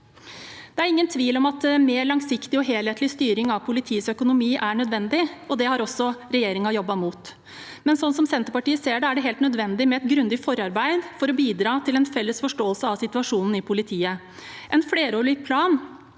Det er ingen tvil om at mer langsiktig og helhetlig styring av politiets økonomi er nødvendig, og det har også regjeringen jobbet mot. Men sånn som Senterpartiet ser det, er det helt nødvendig med et grundig forarbeid for å bidra til en felles forståelse av situasjonen i politiet. En flerårig plan